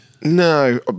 no